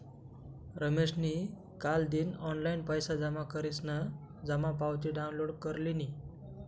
रमेशनी कालदिन ऑनलाईन पैसा जमा करीसन जमा पावती डाउनलोड कर लिनी